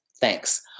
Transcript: Thanks